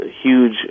huge